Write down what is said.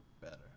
better